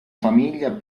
famiglia